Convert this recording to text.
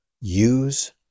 use